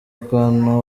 akantu